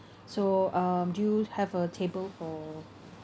so um do you have a table for